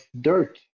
dirt